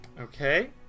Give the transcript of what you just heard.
Okay